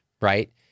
right